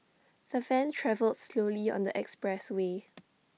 the van travelled slowly on the expressway